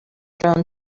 thrown